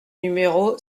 numéro